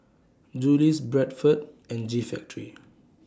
Julie's Bradford and G Factory